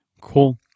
Cool